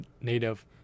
native